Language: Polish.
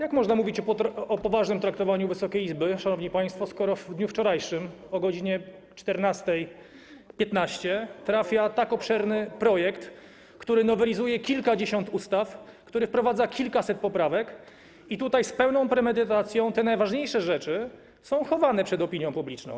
Jak można mówić o poważnym traktowaniu Wysokiej Izby, skoro w dniu wczorajszym o godz. 14.15 trafia tu tak obszerny projekt, który nowelizuje kilkadziesiąt ustaw, który wprowadza kilkaset poprawek i w którym z pełną premedytacją te najważniejsze rzeczy są chowane przed opinią publiczną.